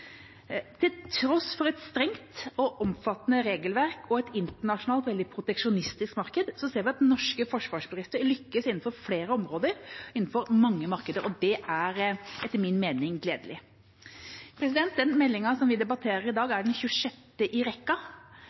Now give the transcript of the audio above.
Til tross for et strengt og omfattende regelverk og et internasjonalt eller proteksjonistisk marked ser vi at norske forsvarsbedrifter lykkes innenfor flere områder innenfor mange markeder. Det er etter min mening gledelig. Den meldinga som vi debatterer i dag, er den 26. i rekka.